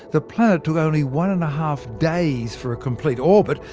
the planet took only one-and-a-half days for a complete orbit,